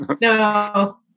No